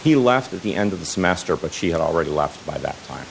he laughed at the end of the semester but she had already left by that time